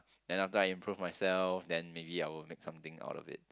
then after I improve myself then maybe I will make something out of it